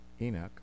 Enoch